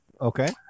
okay